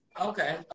Okay